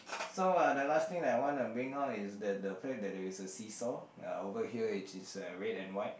so uh the last thing that I wanna bring out is that the fact that there's a sea saw over here which is red and white